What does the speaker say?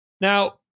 Now